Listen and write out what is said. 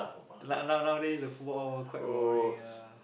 like now now nowaday the football quite boring ah